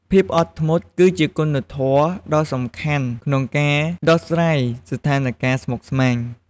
ភាពអត់ធ្មត់ គឺជាគុណធម៌ដ៏សំខាន់ក្នុងការដោះស្រាយស្ថានការណ៍ស្មុគស្មាញ។